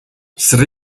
sri